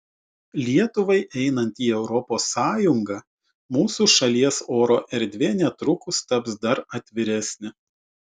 lietuvai einant į europos sąjungą mūsų šalies oro erdvė netrukus taps dar atviresnė